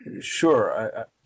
Sure